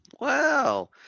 Wow